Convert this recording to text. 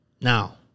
Now